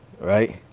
Right